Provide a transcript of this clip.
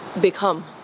become